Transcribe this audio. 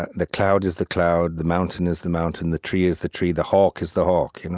the the cloud is the cloud the mountain is the mountain the tree is the tree the hawk is the hawk. you know